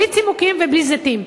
בלי צימוקים ובלי זיתים.